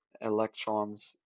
electrons